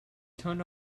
turned